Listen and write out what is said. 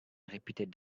repeated